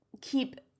keep